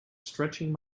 stretching